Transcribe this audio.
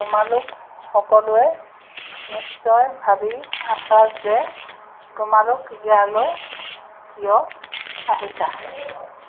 তোমালোক সকলোৱে নিশ্চয় ভাবি আছা যে তোমালোক ইয়ালৈ কিয় আহিছা